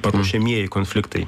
paruošiamieji konfliktai